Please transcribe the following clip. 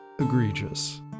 egregious